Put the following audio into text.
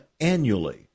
annually